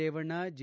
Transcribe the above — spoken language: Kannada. ರೇವಣ್ಣ ಜಿ